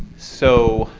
so.